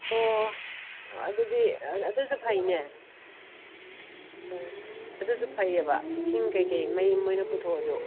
ꯑꯣ ꯑꯗꯨꯗꯤ ꯑꯗꯨꯁꯨ ꯐꯩꯅꯦ ꯑꯗꯨꯁꯨ ꯐꯩꯌꯦꯕ ꯏꯁꯤꯡ ꯀꯩꯀꯩ ꯃꯩ ꯃꯣꯏꯅ ꯄꯨꯊꯣꯛꯑꯁꯨ